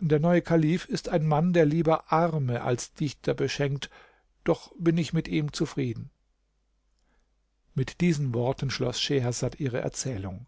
der neue kalif ist ein mann der lieber arme als dichter beschenkt doch bin ich mit ihm zufrieden mit diesen worten schloß schehersad ihre erzählung